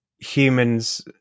humans